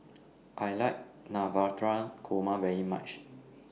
I like Navratan Korma very much